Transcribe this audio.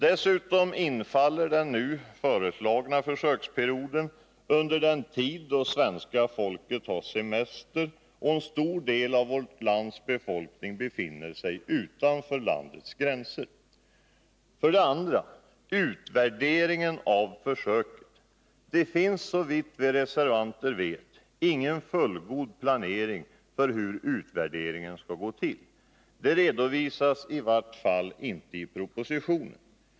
Dessutom infaller den nu föreslagna försöksperioden under den tid då svenska folket har semester och en stor del av befolkningen befinner sig utanför landets gränser. Vår andra invändning gäller utvärderingen av försöket. Det finns såvitt vi reservanter vet ingen fullgod planering för hur utvärderingen skall gå till. Det redovisas i varje fall inte i propositionen.